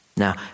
Now